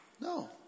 No